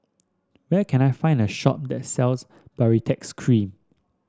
where can I find a shop that sells Baritex Cream